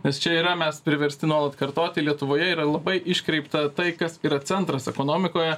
nes čia yra mes priversti nuolat kartoti lietuvoje yra labai iškreipta tai kas yra centras ekonomikoje